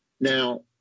Now